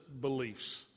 beliefs